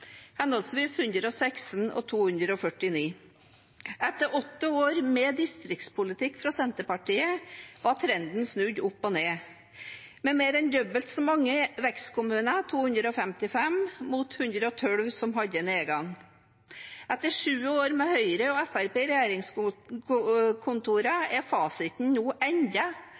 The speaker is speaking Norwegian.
henholdsvis 116 og 249. Etter åtte år med distriktspolitikk fra Senterpartiet var trenden snudd opp ned, med mer enn dobbelt så mange vekstkommuner, 255, mot 112 som hadde nedgang. Etter sju år med Høyre og Fremskrittspartiet i regjeringskontorene er fasiten nå enda